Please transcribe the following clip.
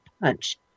punch